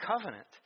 covenant